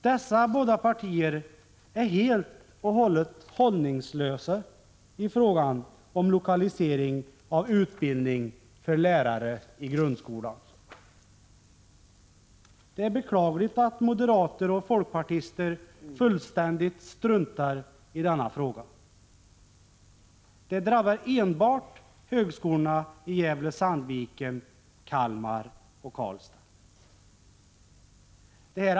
Dessa båda partier är helt och hållet hållningslösa i fråga om lokalisering av utbildning för lärare i grundskolan. Det är beklagligt att moderater och folkpartister fullständigt struntar i denna fråga. Det drabbar enbart högskolorna i Gävle-Sandviken, Kalmar och Karlstad.